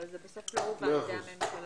אבל זה בסוף לא הובא על ידי הממשלה,